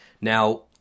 Now